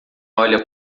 olha